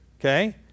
Okay